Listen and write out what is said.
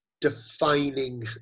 defining